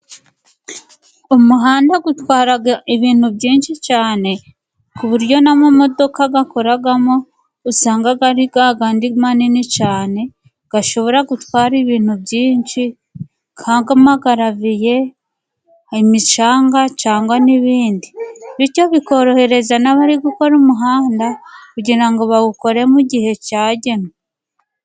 Umuhanda utwara ibintu byinshi cyane ku buryo n'amamodoka akoramo usanga ari manini cyane, ashobora gutwara ibintu byinshi, nk'amagaraviye, imicanga cyangwa n'ibindi, bityo bikorohereza n'abari gukora umuhanda kugira ngo bawukore mu gihe cyagenwe.